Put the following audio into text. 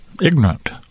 ignorant